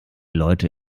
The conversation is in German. leute